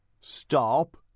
stop